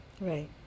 Right